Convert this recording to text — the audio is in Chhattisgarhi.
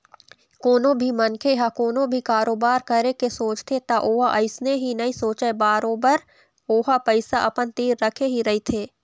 कोनो भी मनखे ह कोनो भी कारोबार करे के सोचथे त ओहा अइसने ही नइ सोचय बरोबर ओहा पइसा अपन तीर रखे ही रहिथे